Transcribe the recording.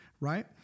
right